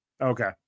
Okay